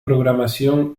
programación